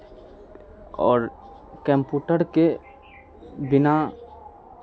आओर कम्प्यूटरके बिना